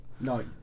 No